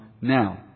now